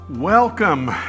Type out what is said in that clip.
Welcome